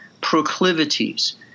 proclivities